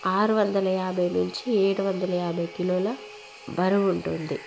ఆరు వందల యాభై నుంచి ఏడు వందల యాభై కిలోల బరువు ఉంటుంది